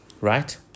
Right